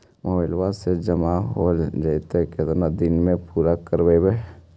Mobile से जामा हो जैतय, केतना दिन में पुरा करबैय?